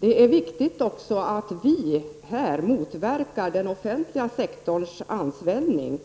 Det är viktigt att vi här motverkar den offentliga sektorns ansvällning